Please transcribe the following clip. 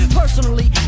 personally